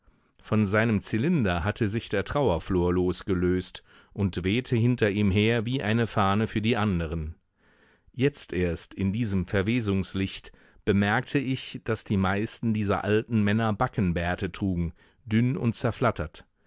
von seinem zylinder hatte sich der trauerflor losgelöst und wehte hinter ihm her wie eine fahne für die anderen jetzt erst in diesem verwesungslicht bemerkte ich daß die meisten dieser alten männer backenbärte trugen dünn und zerflattert